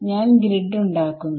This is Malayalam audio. ഞാൻ ഗ്രിഡ് ഉണ്ടാക്കുന്നു